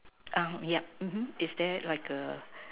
uh ya mmhmm is there like a